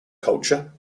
culture